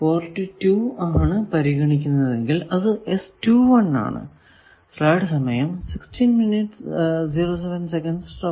port 2 ആണ് പരിഗണിക്കുന്നതെങ്കിൽ അത് ആണ്